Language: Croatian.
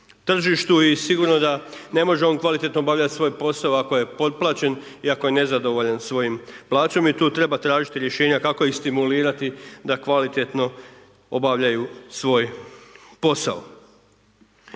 tržištu, i sigurno da on ne može kvalitetno obavljati svoj posao ako je potplaćen i ako je nezadovoljan svojom plaćom i tu treba tražiti rješenja kako i stimulirati da kvalitetno obavljaju svoj posao.